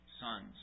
sons